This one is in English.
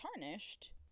tarnished